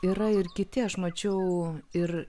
yra ir kiti aš mačiau ir